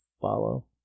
follow